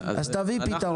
אז תביא פתרון.